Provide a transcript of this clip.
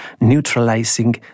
neutralizing